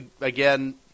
again –